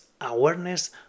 awareness